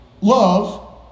love